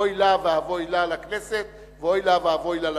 אוי לה ואבוי לה לכנסת ואוי לה ואבוי לה לדמוקרטיה.